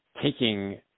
taking